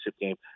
game